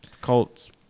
Colts